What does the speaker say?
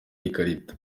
ikarita